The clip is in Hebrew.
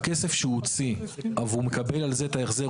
הכסף שהוא הוציא והוא מקבל על זה את ההחזר,